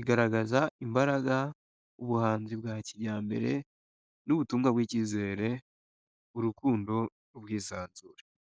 Igaragaza imbaraga, ubuhanzi bwa kijyambere n’ubutumwa bw’icyizere, urukundo n’ubwisanzure.